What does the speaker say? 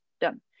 done